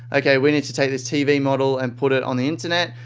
okay, we need to take this tv model and put it on the internet.